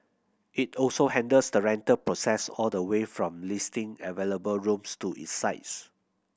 it also handles the rental process all the way from listing available rooms to its sites